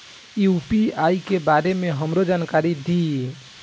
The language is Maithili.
यू.पी.आई के बारे में हमरो जानकारी दीय?